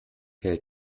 hält